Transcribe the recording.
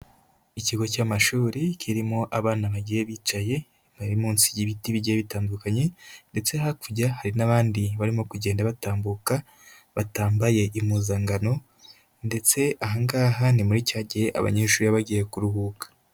Ikigo cy'amashuri kirimo abana bagiye bicaye, bari munsi y'ibiti bigiye bitandukanye, ndetse hakurya hari n'abandi barimo kugenda batambuka batambaye impuzangano, ndetse aha ngaha ni muri cya gihe abanyeshuri baba bagiye kuruhuka.